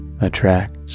attracts